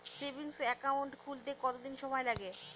Savings account খুলতে কতদিন সময় লাগে?